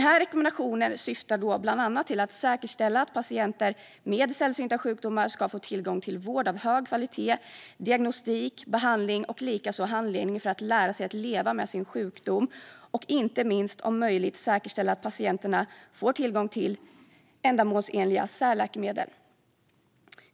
Rekommendationen syftar bland annat till att säkerställa att patienter med sällsynta sjukdomar ska få tillgång till vård av hög kvalitet, diagnostik, behandling och likaså handledning för att lära sig att leva med sin sjukdom och inte minst, om möjligt, säkerställa att patienterna får tillgång till ändamålsenliga särläkemedel.